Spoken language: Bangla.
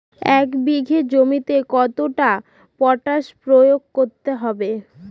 এক বিঘে জমিতে কতটা পটাশ প্রয়োগ করতে হবে?